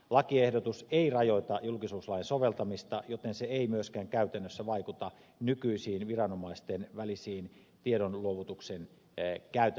lakiehdotus ei rajoita julkisuuslain soveltamista joten se ei myöskään käytännössä vaikuta nykyisiin viranomaisten välisiin tiedonluovutuksen käytänteihin